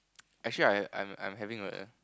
actually I I'm I'm having a